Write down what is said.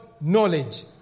knowledge